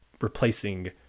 replacing